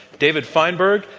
david feinberg,